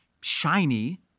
shiny